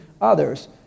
others